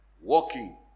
walking